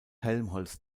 helmholtz